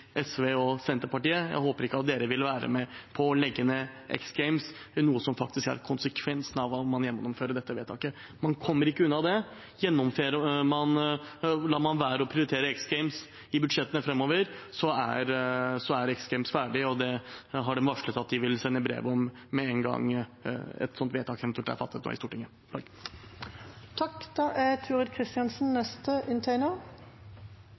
håper at dere ikke vil være med på å legge ned X Games, noe som vil være konsekvensen av å fatte dette vedtaket. Man kommer ikke unna det. Lar man være å prioritere X Games i budsjettene framover, er X Games ferdig. Det har de varslet at de vil sende brev om med en gang et slikt vedtak eventuelt er fattet i Stortinget.